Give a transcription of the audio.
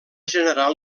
generar